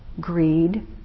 greed